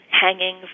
hanging